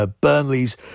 Burnley's